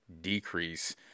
decrease